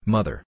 Mother